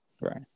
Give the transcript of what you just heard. Right